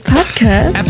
Podcast